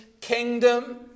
kingdom